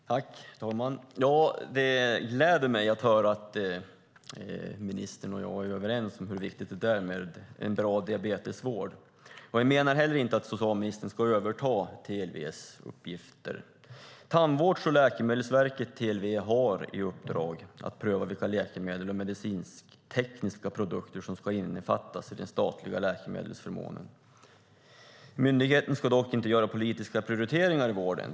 Herr talman! Det gläder mig att höra att ministern och jag är överens om hur viktigt det är med en bra diabetesvård. Jag menar heller inte att socialministern ska överta TLV:s uppgifter. Tandvårds och läkemedelsförmånsverket, TLV, har i uppdrag att pröva vilka läkemedel och medicintekniska produkter som ska innefattas i den statliga läkemedelsförmånen. Myndigheten ska dock inte göra politiska prioriteringar i vården.